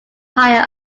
higher